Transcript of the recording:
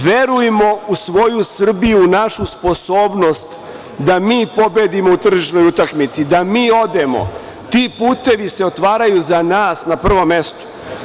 Verujmo u svoju Srbiju, u našu sposobnost da mi pobedimo u tržišnoj utakmici, da mi odemo, ti putevi se otvaraju za nas na prvom mestu.